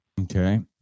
Okay